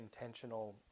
intentional